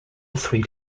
three